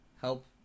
help